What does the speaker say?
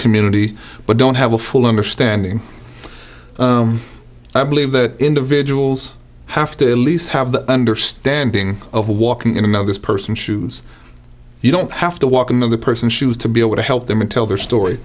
community but don't have a full understanding i believe that individuals have to least have the understanding of walking in another person's shoes you don't have to walk another person's shoes to be able to help them and tell their story